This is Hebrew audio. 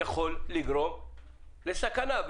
יכול לגרום לסכנה.